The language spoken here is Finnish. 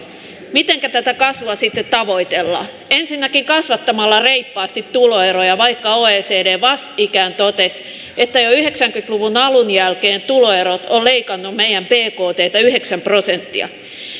mitenkä tätä kasvua sitten tavoitellaan ensinnäkin kasvattamalla reippaasti tuloeroja vaikka oecd vastikään totesi että jo yhdeksänkymmentä luvun alun jälkeen tuloerot ovat leikanneet meidän bkttä yhdeksän prosenttia